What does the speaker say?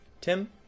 Tim